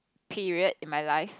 period in my life